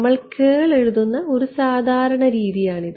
നമ്മൾ കേൾ എഴുതുന്ന ഒരു സാധാരണ രീതിയാണിത്